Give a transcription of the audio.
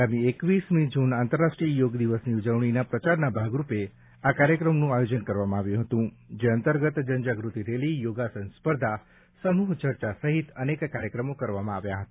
આગામી એકવીસમી જૂન આંતરરાષ્ટ્રીય યોગ દિવસની ઉજવણીના પ્રચારના ભાગરૂપે આ કાર્યક્રમનું આયોજન કરવામાં આવ્યું હતું જે અંતર્ગત જનજાગૃતિ રેલી યોગાસન સ્પર્ધા સમૂહ ચર્ચા સહિત અનેક કાર્યક્રમો કરવામાં આવ્યા હતા